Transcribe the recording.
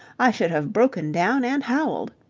i should have broken down and howled.